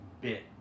bit